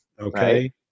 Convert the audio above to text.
Okay